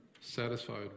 satisfied